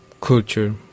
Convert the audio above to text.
culture